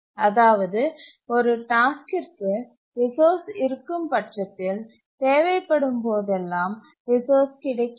அதாவது ஒரு டாஸ்க்கிற்கு ரிசோர்ஸ் இருக்கும் பட்சத்தில் தேவைப்படும் போதெல்லாம் ரிசோர்ஸ் கிடைக்கிறது